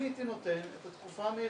אני הייתי נותן את התקופה המרבית,